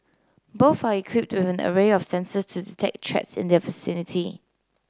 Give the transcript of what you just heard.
both are equipped an array of sensors to detect threats in their vicinity